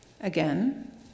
Again